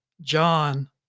John